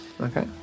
Okay